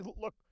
look